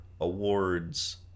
awards